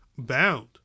Bound